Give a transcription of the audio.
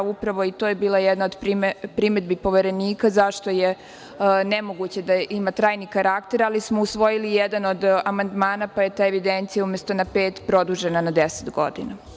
To je bila jedna od primedbi Poverenika zašto je nemoguće da ima trajni karakter, ali smo usvojili jedan od amandmana, pa je ta evidencija umesto na pet produžena na 10 godina.